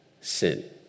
sin